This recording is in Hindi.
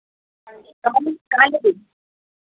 कौन काली